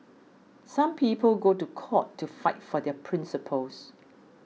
some people go to court to fight for their principles